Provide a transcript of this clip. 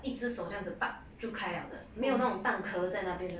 一只手上就 就开了的没有那种蛋壳在那边的